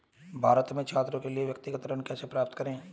भारत में छात्रों के लिए व्यक्तिगत ऋण कैसे प्राप्त करें?